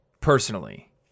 personally